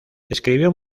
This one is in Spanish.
escribió